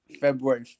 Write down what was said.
february